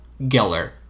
Geller